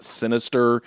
sinister